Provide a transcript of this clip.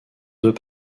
deux